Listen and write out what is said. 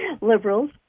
liberals